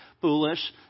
foolish